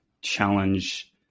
challenge